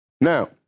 Now